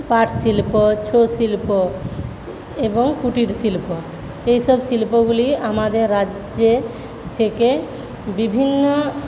পাট শিল্প ছৌ শিল্প এবং কুটিরশিল্প এইসব শিল্পগুলি আমাদের রাজ্য থেকে বিভিন্ন